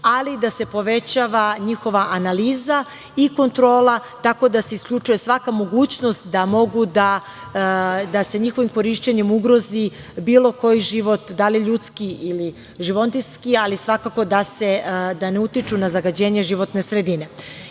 ali da se povećava njihova analiza i kontrola, tako da se isključuje svaka mogućnost da može da se njihovim korišćenjem ugrozi bilo koji život, da li ljudski ili životinjski, ali svakako da ne utiču na zagađenje životne sredine. Kao